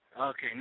Okay